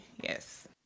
yes